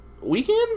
weekend